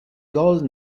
gol